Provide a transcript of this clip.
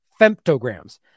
femtograms